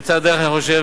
זו פריצת דרך שאני חושב,